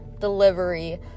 delivery